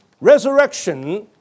resurrection